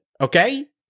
Okay